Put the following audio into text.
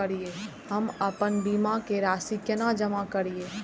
हम आपन बीमा के राशि केना जमा करिए?